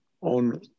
on